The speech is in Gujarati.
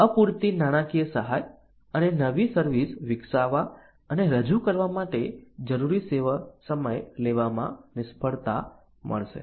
અપૂરતી નાણાકીય સહાય અને નવી સર્વિસ વિકસાવવા અને રજૂ કરવા માટે જરૂરી સમય લેવામાં નિષ્ફળતા મળશે